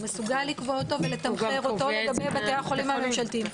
הוא מסוגל לקבוע אותו ולתמחר אותו לגבי בתי החולים הממשלתיים.